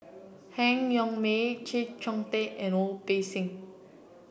Han Yong May Chee Kong Tet and Wu Peng Seng